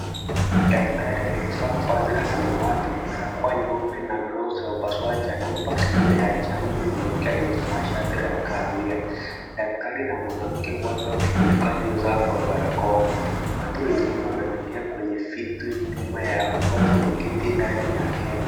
Daktari aliyevaa vazi la samawati, barakoa nyeupe na glovu za upasuaji anampa sindano ya chanjo mwanamke aliyevaa shati la kahawia. Daktari na mwanamke wote wamefunika nyuso zao kwa barakoa. Watu wengine wametulia kwenye viti nyuma yao wote wameketi ndani ya hema.